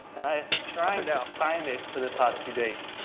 and i've been trying to find it for the past two days.